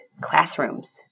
classrooms